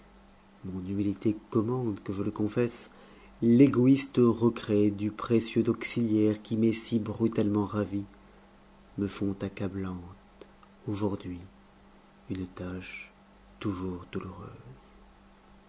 mon humilité commande que je le confesse l'égoïste regret du précieux auxiliaire qui m'est si brutalement ravi me font accablante aujourd'hui une tâche toujours douloureuse